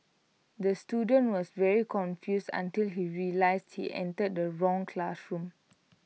the student was very confused until he realised he entered the wrong classroom